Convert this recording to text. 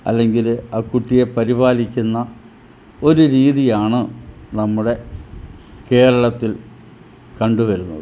അല്ലെങ്കിൽ ആ കുട്ടിയെ പരിപാലിക്കുന്ന ഒരു രീതിയാണ് നമ്മുടെ കേരളത്തിൽ കണ്ടുവരുന്നത്